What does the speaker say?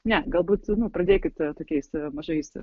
ne galbūt nu pradėkite tokiais mažais